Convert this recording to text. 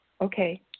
Okay